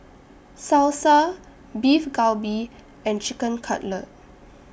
Salsa Beef Galbi and Chicken Cutlet